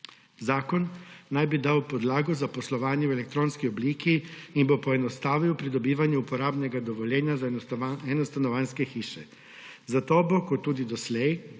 Zakon naj bi dal podlago za poslovanje v elektronski obliki in bo poenostavil pridobivanje uporabnega dovoljenja za enostanovanjske hiše. Za to bo kot tudi doslej